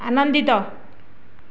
ଆନନ୍ଦିତ